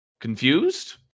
confused